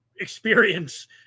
experience